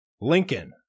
Lincoln